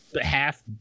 half